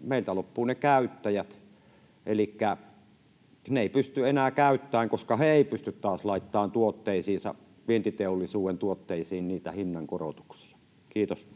meiltä loppuvat ne käyttäjät, elikkä he eivät pysty enää käyttämään, koska he eivät taas pysty laittamaan tuotteisiinsa, vientiteollisuuden tuotteisiin, niitä hinnankorotuksia. — Kiitos.